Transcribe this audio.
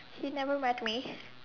he never met me